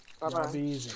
Bye-bye